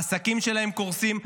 העסקים שלהם קורסים.